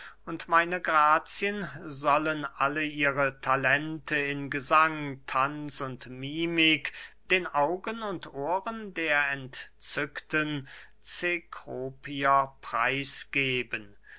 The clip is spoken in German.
und deine grazien sollen alle ihre talente in gesang tanz und mimik den augen und ohren der entzückten cekropier preis geben